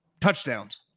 Touchdowns